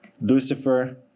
Lucifer